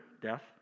death